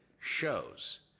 shows